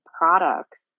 products